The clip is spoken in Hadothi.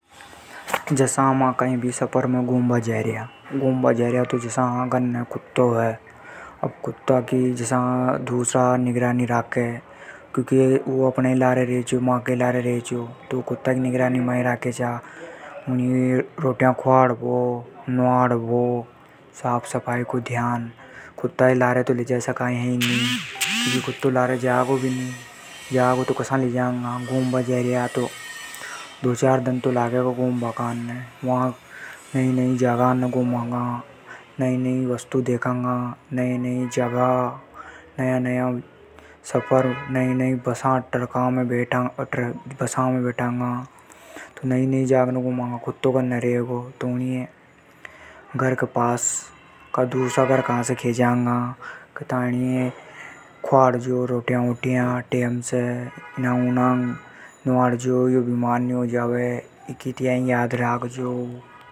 जसा मा कई भी सफर में घूमबा जार्या। घर ने कुत्तों है तो वो माके लार रैचो। ऊणी नहलाबो, रोटी खिलाबो, उकी साफ सफाई। कुत्ता हे लार तो लेजा नी सका। घूमबा जार्या तो दो चार दिन तो लागे गा। नई नई जगह जांगा तो उई कसा ले जा सका। तो घर के पास वाला से केर जांगा। इको ध्यान राखजो, रोटी खिला जो, नह लाजो।